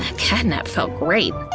cat nap felt great.